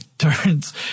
turns